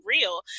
real